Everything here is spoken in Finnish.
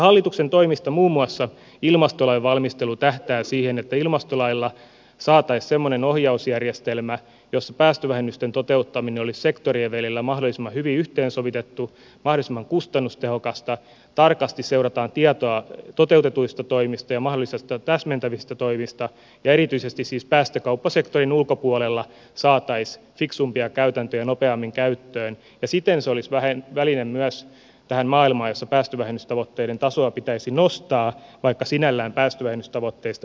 hallituksen toimista muun muassa ilmastolain valmistelu tähtää siihen että ilmastolailla saataisiin semmoinen ohjausjärjestelmä jossa päästövähennysten toteuttaminen olisi sektorien välillä mahdollisimman hyvin yhteen sovitettu mahdollisimman kustannustehokasta tarkasti seurataan tietoa toteutetuista toimista ja mahdollisista täsmentävistä toimista ja erityisesti siis päästökauppasektorin ulkopuolella saataisiin fiksumpia käytäntöjä nopeammin käyttöön ja siten se olisi väline myös tähän maailmaan jossa päästövähennystavoitteiden tasoa pitäisi nostaa vaikka sinällään päästövähennystavoitteista päätetään erikseen